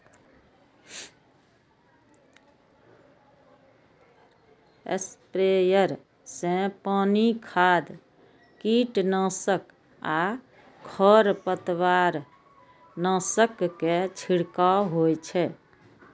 sprayer सं पानि, खाद, कीटनाशक आ खरपतवारनाशक के छिड़काव होइ छै